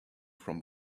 from